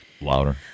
louder